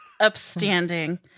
Upstanding